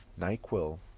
NyQuil